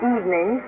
Evening